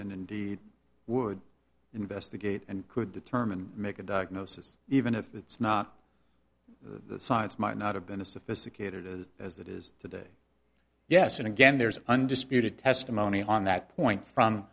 and indeed would investigate and could determine make a diagnosis even if it's not the science might not have been a sophisticated as it is today yes and again there's undisputed testimony on that point from